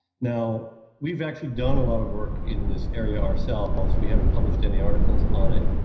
now we've actually done a lot of work in this area ourselves, we haven't published any articles on it.